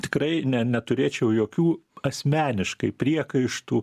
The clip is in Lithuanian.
tikrai ne neturėčiau jokių asmeniškai priekaištų